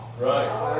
Right